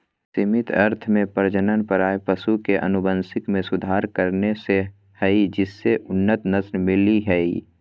सीमित अर्थ में प्रजनन प्रायः पशु के अनुवांशिक मे सुधार करने से हई जिससे उन्नत नस्ल मिल हई